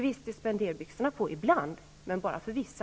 Visst är spenderbyxorna på ibland, men bara för vissa!